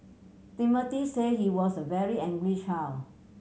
Timothy said he was a very angry child